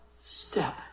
step